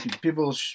people